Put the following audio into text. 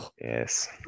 Yes